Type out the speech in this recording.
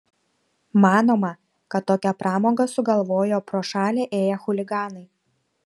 manoma kad tokią pramogą susigalvojo pro šalį ėję chuliganai